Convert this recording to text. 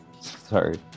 sorry